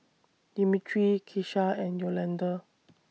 Demetra Kesha and Yolanda